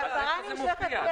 --- בהפרה נמשכת,